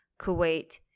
Kuwait